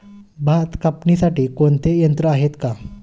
भात कापणीसाठी कोणते यंत्र आहेत का?